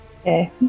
Okay